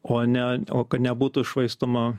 o ne o kad nebūtų švaistoma